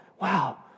wow